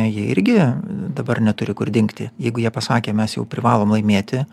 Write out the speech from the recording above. jie irgi dabar neturi kur dingti jeigu jie pasakė mes jau privalom laimėti